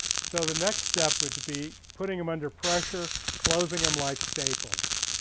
so the next step would be putting them under pressure. closing them like staples.